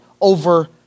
over